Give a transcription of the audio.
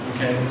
Okay